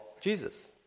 jesus